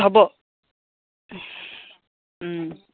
হ'ব